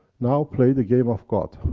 now play the game of god.